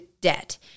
debt